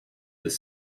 this